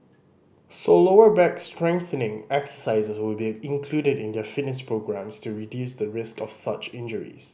so lower back strengthening exercises will be included in their fitness programmes to reduce the risk of such injuries